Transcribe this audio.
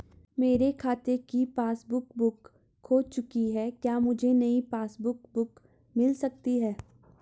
मेरे खाते की पासबुक बुक खो चुकी है क्या मुझे नयी पासबुक बुक मिल सकती है?